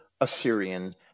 Assyrian